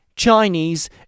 Chinese